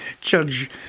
judge